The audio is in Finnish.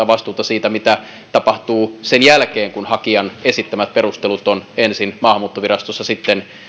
vastuuta siitä mitä tapahtuu sen jälkeen kun hakijan esittämät perustelut on ensin maahanmuuttovirastossa sitten